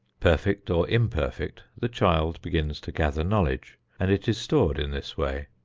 perfect or imperfect, the child begins to gather knowledge and it is stored in this way.